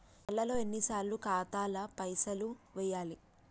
నెలలో ఎన్నిసార్లు ఖాతాల పైసలు వెయ్యాలి?